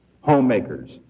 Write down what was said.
Homemakers